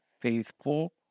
Faithful